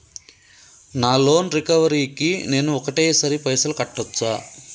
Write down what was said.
నా loan recovery కి నేను ఒకటేసరి పైసల్ కట్టొచ్చా?